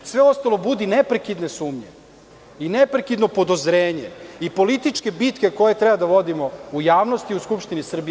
Sve ostalo budi neprekidne sumnje i neprekidno podozrenje, i političke bitke koje treba da vodimo u javnosti u Skupštini Srbije.